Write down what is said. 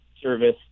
service